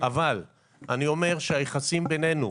אבל אני אומר שהיחסים בינינו,